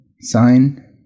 sign